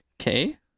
Okay